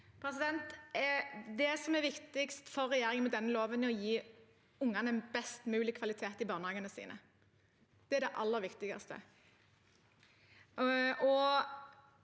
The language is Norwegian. Det som er viktigst for regjeringen med denne loven, er å gi ungene best mulig kvalitet i barnehagene. Det er det aller viktigste.